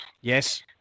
Yes